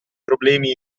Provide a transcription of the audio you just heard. problemi